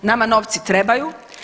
Nama novci trebaju.